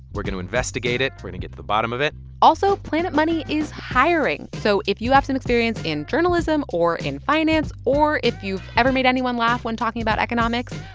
we're going to investigate it. we're going to get to the bottom of it also, planet money is hiring. so if you have some experience in journalism or in finance or if you've ever made anyone laugh when talking about economics,